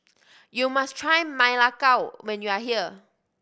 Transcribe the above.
you must try Ma Lai Gao when you are here